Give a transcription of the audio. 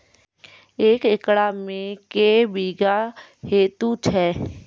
एक एकरऽ मे के बीघा हेतु छै?